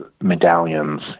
medallions